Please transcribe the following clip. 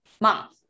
month